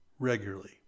regularly